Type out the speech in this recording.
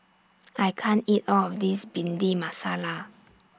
I can't eat All of This Bhindi Masala